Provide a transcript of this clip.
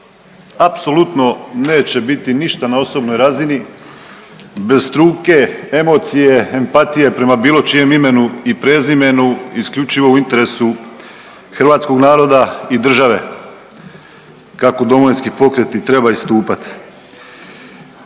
apsolutno neće biti ništa na osobnoj razini, bez trunke emocije, empatije prema bilo čijem imenu i prezimenu isključivo u interesu hrvatskog naroda i države kako Domovinski pokret i treba istupat.